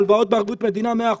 הלוואות בערבות מדינה מאה אחוז,